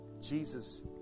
Jesus